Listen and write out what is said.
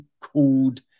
called